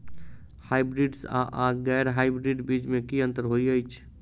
Hybrids आ गैर hybrids बीज म की अंतर होइ अछि?